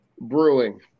brewing